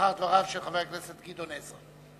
לאחר דבריו של גדעון עזרא.